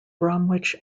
bromwich